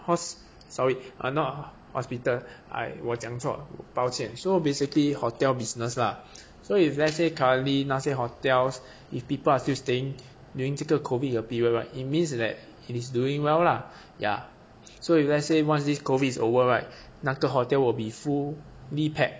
hos~ sorry ah not hospital I 我讲错抱歉 so basically hotel business lah so if let's say currently 那些 hotels if people are still staying during 这个 COVID 的 period right it means that it is doing well lah ya so if let's say once this COVID is over right 那个 hotel will be fully packed